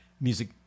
music